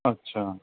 अछा